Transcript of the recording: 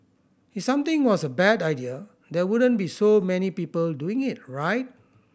if something was a bad idea there wouldn't be so many people doing it right